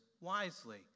wisely